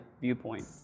viewpoint